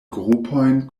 grupojn